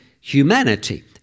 humanity